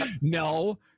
no